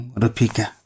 rupika